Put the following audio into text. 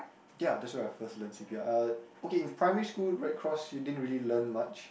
ya that's where I first learn c_p_r uh okay in primary school red cross you didn't really learn much